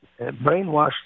brainwashed